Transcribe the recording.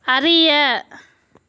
அறிய